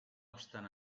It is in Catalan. obstant